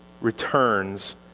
returns